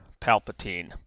Palpatine